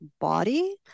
body